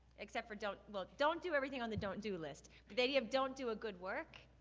except for don't, well, don't do everything on the don't do list. but then you have don't do a good work,